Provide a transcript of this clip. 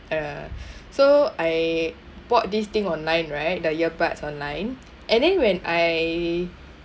uh so I bought this thing online right the earbuds online and then when I